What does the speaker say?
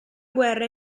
guerra